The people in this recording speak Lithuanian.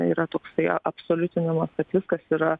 yra toksai absoliutinimas kad viskas yra